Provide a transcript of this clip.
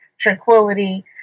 tranquility